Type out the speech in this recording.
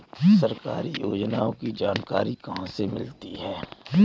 सरकारी योजनाओं की जानकारी कहाँ से मिलती है?